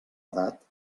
edat